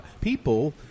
people